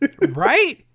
Right